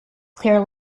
clear